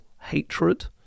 hatred